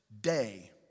day